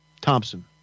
Thompson